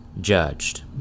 judged